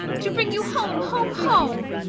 to bring you home, home, home!